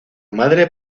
madre